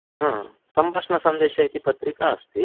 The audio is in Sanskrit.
आम् सम्भाषणसन्देशः इति पत्रिका अस्ति